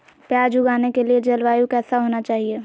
प्याज उगाने के लिए जलवायु कैसा होना चाहिए?